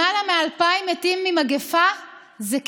למעלה מ-2,000 מתים ממגפה זה כישלון.